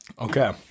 Okay